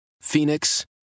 Phoenix